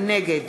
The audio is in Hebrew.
נגד